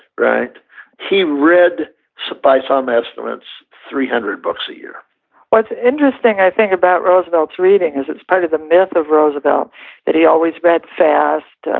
he read so by some estimates three hundred books a year what's interesting i think about roosevelt's reading is it's part of the myth of roosevelt that he always read fast.